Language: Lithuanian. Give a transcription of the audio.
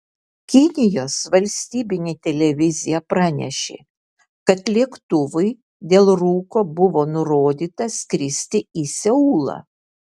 kinijos valstybinė televizija pranešė kad lėktuvui dėl rūko buvo nurodyta skristi į seulą